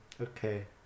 Okay